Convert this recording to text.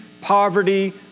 poverty